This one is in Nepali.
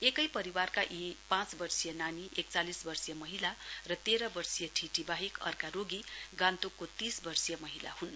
एकै परिवारका यी पाँच वर्षिय नानी एकचालिस वर्षिय महिला र तेह्र वर्षिय ठिटी बाहेक अर्का रोगी गान्तोकको तीस वर्षिय महिला हुन्